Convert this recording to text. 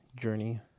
journey